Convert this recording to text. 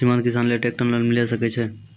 सीमांत किसान लेल ट्रेक्टर लोन मिलै सकय छै?